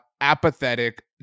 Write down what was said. apathetic